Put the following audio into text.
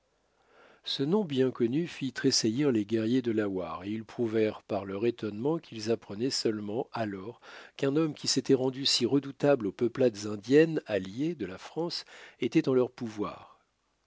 ce nom bien connu fit tressaillir les guerriers delawares et ils prouvèrent par leur étonnement qu'ils apprenaient seulement alors qu'un homme qui s'était rendu si redoutable aux peuplades indiennes alliées de la france était en leur pouvoir